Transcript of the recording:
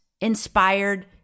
inspired